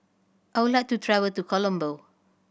I would like to travel to Colombo